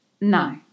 no